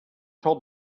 told